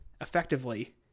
effectively